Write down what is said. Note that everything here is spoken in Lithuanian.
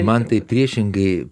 man tai priešingai